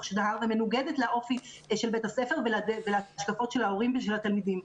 שנהר ומנוגדת לאופי של בית הספר ולהשקפות של ההורים ושל התלמידים,